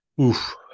Oof